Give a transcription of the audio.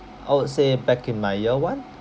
I would say back in my year one